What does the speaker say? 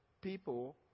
people